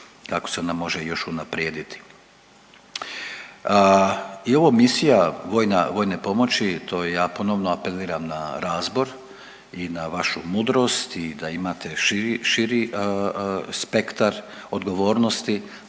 kako se ona još može unaprijediti. I ovo misija vojne pomoći to ja ponovno apeliram na razbor i na vašu mudrost i da imate širi spektar odgovornosti